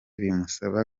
bimusaba